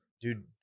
dude